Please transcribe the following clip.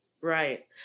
right